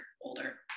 older